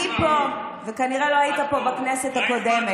אבל אני פה, וכנראה לא היית פה בכנסת הקודמת.